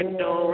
no